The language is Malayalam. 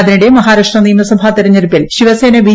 അതിനിടെ മഹാരാഷ്ട്ര നിയമസഭാ തെരഞ്ഞെടുപ്പിൽ ശിവസേന ബി